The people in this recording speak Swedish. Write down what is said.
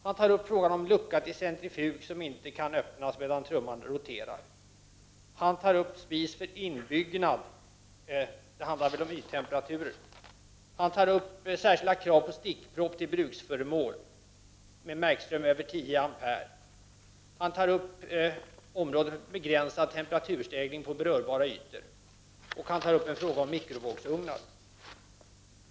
Han nämner lucka till centrifug, som inte skall kunna öppnas medan trumman roterar. Han tar upp spis för inbyggnad — det handlar då om yttemperaturer. Han tar upp särskilda krav på stickpropp till bruksföremål med märkström över 10 ampere. Han nämner krav på begränsad temperaturstegring på berörbara ytor, och han tar upp en fråga om mikrovågsugnar.